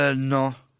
ah no.